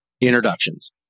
introductions